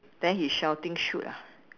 then he shouting shoot ah